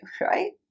right